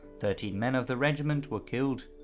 thirteen men of the regiment were killed,